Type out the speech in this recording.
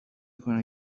کنه